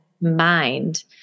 mind